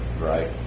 right